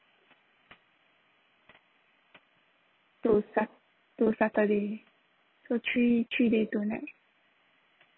to sat~ to saturday two three three day two night